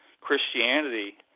Christianity